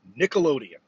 Nickelodeon